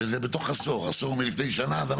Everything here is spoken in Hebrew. הרי זה בתוך העשור כבר מלפני שנה.